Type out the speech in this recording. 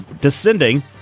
descending